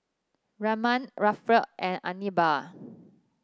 Ramon Alferd and Anibal